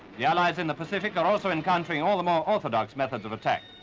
the allies in the pacific are also encountering all the more orthodox methods of attack.